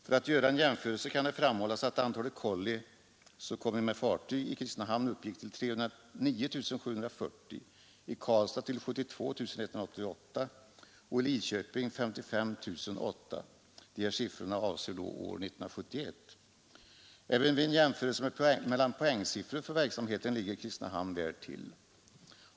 För att göra en jämförelse kan det framhållas Även vid en jämförelse mellan poängsiffror för verksamheten ligger Kristinehamn väl till.